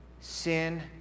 Sin